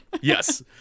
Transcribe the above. Yes